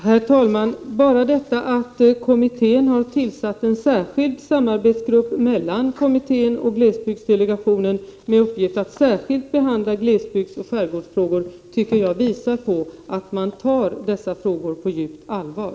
Herr talman! Bara detta att kommittén har tillsatt en särskild samarbetsgrupp mellan kommittén och glesbygdsdelegationen med uppgift att särskilt behandla glesbygdsoch skärgårdsfrågor tycker jag visar på att man tar dessa frågor på djupt allvar.